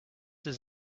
his